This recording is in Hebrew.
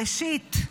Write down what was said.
ראשית,